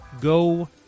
go